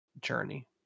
Journey